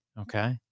Okay